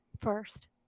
first